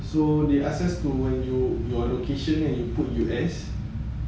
you your location and you put U_S and where in